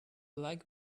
black